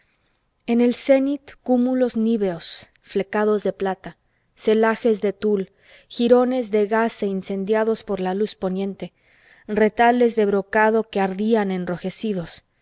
en el cénit cúmulos níveos flecados de plata celajes de tul girones de gasa incendiados por la luz poniente retales de brocado que ardían enrojecidos